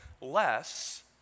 less